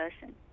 person